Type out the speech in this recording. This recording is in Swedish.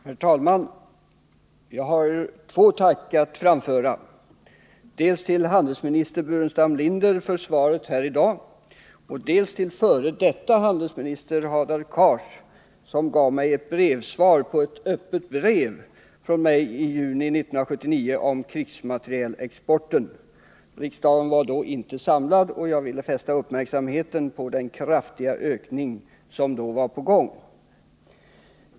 Herr talman! Jag har två tack att framföra, dels till handelsminister Burenstam Linder för svaret här i dag, dels till f. d. handelsministern Hadar Cars, som gav mig ett brevsvar på ett öppet brev från mig i juni 1979 om krigsmaterielexporten. Riksdagen var då inte samlad, och jag ville fästa uppmärksamheten på den kraftiga ökning som var på gång.